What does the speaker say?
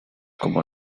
como